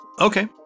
Okay